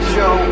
Show